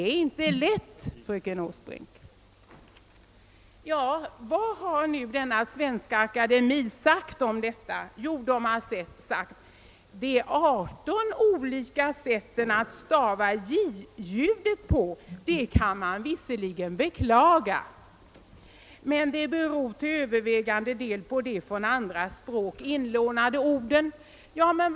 Svenska akademien har sagt att man visserligen kan beklaga att det finns 18 sätt att stava j-ljudet men att det till övervägande del beror på de från andra språk inlånade orden.